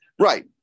right